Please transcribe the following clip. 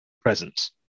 presence